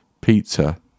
pizza